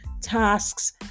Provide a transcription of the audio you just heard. tasks